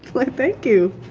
why thank you!